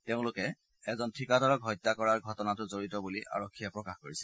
তেওঁলোক এজন ঠিকাদাৰক হত্যা কৰাৰ ঘটনাটোক জড়িত বুলি আৰক্ষীয়ে প্ৰকাশ কৰিছে